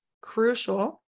crucial